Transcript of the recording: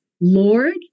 Lord